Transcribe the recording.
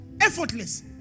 effortless